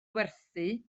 werthu